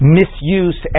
misuse